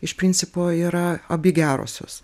iš principo yra abi gerosios